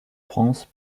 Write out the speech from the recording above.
france